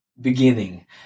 beginning